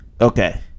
okay